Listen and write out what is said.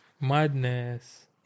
Madness